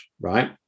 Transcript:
right